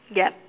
ya